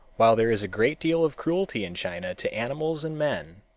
while there is a great deal of cruelty in china to animals and men,